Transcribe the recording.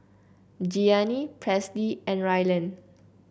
Gianni Presley and Ryland